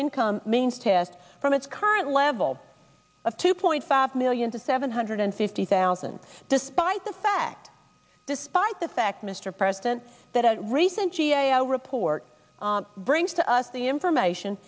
income means test from its current level of two point five million to seven hundred fifty thousand despite the fact despite the fact mr president that a recent g a o report brings to us the information